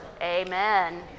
Amen